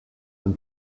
them